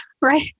right